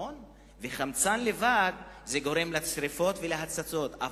חמצן לבד גורם לשרפות ולהצתות.